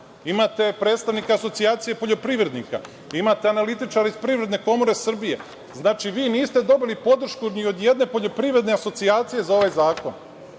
Imate predstavnike Asocijacije poljoprivrednika, imate analitičare iz PKS, znači, vi niste dobili podršku ni od jedne poljoprivredne asocijacije za ovaj zakon.